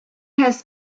has